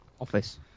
Office